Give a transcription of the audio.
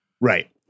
Right